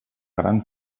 gran